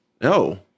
No